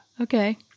okay